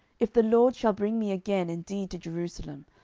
if the lord shall bring me again indeed to jerusalem,